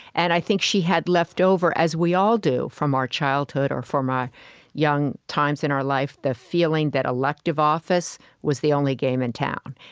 and i think she had left over, as we all do, from our childhood or from our young times in our life the feeling that elective office was the only game in town.